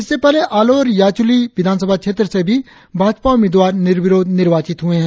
इससे पहले आलो और याचुली विधानसभा क्षेत्र से भी भाजपा उम्मीदवार निर्विरोध निर्वाचित हुए है